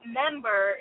member